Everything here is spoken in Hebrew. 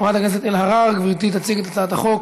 חברת הכנסת אלהרר, גברתי תציג את הצעת החוק